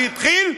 שהתחיל,